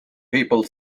people